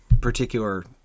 particular